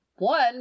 One